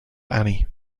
annie